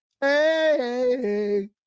hey